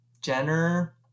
Jenner